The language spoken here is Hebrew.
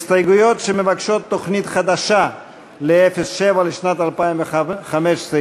הסתייגויות שמבקשות תוכנית חדשה לסעיף 07 לשנת 2015,